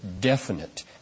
definite